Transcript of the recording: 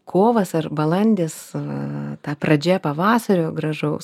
kovas ar balandis ta pradžia pavasario gražaus